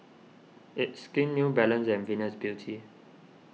It's Skin New Balance and Venus Beauty